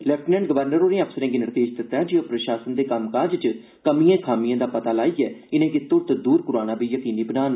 lieutenant governor होरें अफसरें गी निर्देश दित्ता ऐ जे ओह् प्रशासन दे कम्मकाज च कमिएं खामिएं दा पता लान ते इनेंगी तुरत दूर करोआना यकीनी बनान